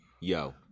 Yo